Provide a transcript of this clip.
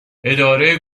اداره